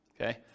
okay